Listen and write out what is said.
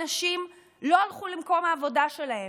היום, אנשים לא הלכו למקום העבודה שלהם,